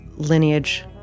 lineage